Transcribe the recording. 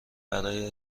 برای